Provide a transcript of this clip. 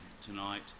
tonight